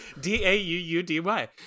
D-A-U-U-D-Y